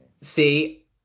See